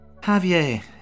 Javier